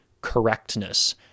correctness